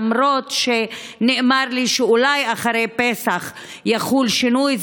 למרות שנאמר לי שאולי אחרי פסח יחול שינוי,